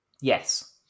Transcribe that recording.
Yes